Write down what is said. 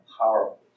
powerful